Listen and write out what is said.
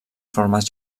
formes